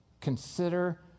consider